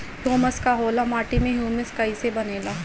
Humus का होला माटी मे ह्यूमस कइसे बनेला?